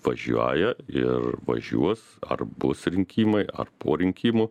važiuoja ir važiuos ar bus rinkimai ar po rinkimų